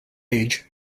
age